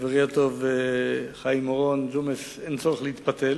חברי הטוב חיים אורון, ג'ומס, אין צורך להתפתל,